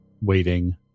waiting